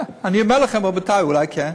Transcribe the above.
אני אומר לכם, רבותי, אולי כן?